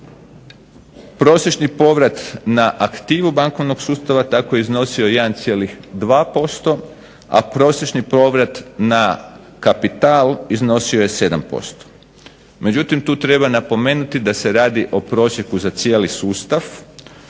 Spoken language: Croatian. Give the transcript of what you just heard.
Prosječni povrat na aktivu bankovnog sustava tako je iznosio 1,2% a prosječni povrat na kapital iznosio je 7%. Međutim, tu treba napomenuti da se radi o prosjeku za cijeli sustav